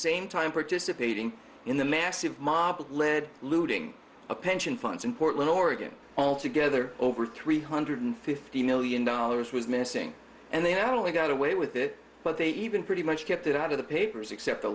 same time participating in the massive mob led looting a pension funds in portland oregon all together over three hundred fifty million dollars was missing and they had only got away with it but they even pretty much kept it out of the papers except the